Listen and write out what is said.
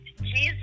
Jesus